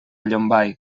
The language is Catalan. llombai